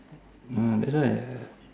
mm that's why